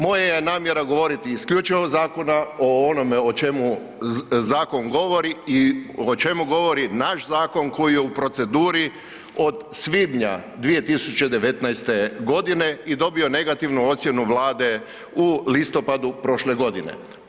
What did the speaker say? Moja je namjera govoriti isključivo o zakonu o onome o čemu zakon govori i o čemu govori naš zakon koji je u proceduri od svibnja 2019.godine i dobio negativnu ocjenu Vlade u listopadu prošle godine.